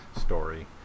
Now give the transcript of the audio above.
story